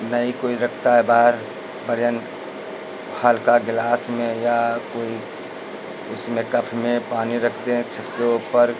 नहीं कोई रखता है बाहर दरबार में हल्का गलास में या कोई उसमें कफ में पानी रखते हैं छत के ऊपर